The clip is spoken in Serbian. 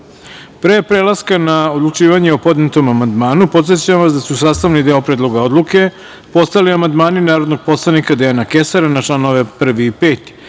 prelaska na odlučivanje o podnetom amandmanu, podsećam vas da su sastavni deo Predloga odluke postali amandmani narodnog poslanika Dejana Kesara na članove 1. i